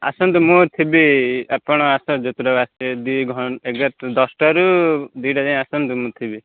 ଆସନ୍ତୁ ମୁଁ ଥିବି ଆପଣ ଆସ ଯେତେଟା ବେଳେ ଆସିବେ ଦୁଇ ଘ ଦଶଟାରୁ ଦୁଇଟା ଯାଏଁ ଆସନ୍ତୁ ମୁଁ ଥିବି